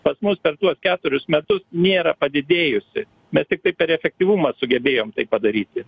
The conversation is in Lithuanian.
pas mus per tuos keturius metus nėra padidėjusi mes tiktai per efektyvumą sugebėjom tai padaryti